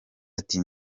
ati